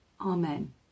Amen